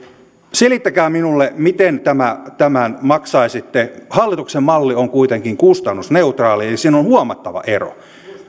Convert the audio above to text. selittäkää minulle miten tämän maksaisitte hallituksen malli on kuitenkin kustannusneutraali eli siinä on huomattava ero